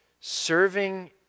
serving